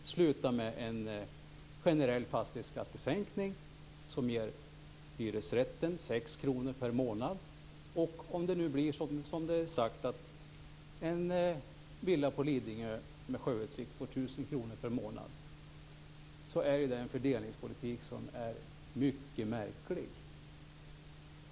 Det slutar med en generell fastighetsskattesänkning som ger en hyresrätt 6 kr per månad och - om det nu blir som det är sagt - Detta är en fördelningspolitik som är mycket märklig.